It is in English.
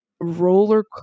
roller